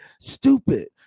stupid